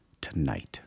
tonight